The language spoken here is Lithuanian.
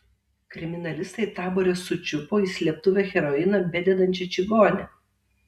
kriminalistai tabore sučiupo į slėptuvę heroiną bededančią čigonę